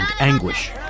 anguish